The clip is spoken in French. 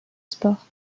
sport